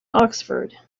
oxford